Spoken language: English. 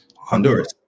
Honduras